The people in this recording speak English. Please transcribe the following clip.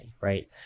right